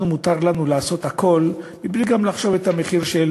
מותר לנו לעשות הכול גם מבלי לחשוב את המחיר של